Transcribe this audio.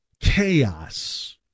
chaos